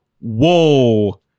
whoa